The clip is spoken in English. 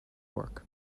work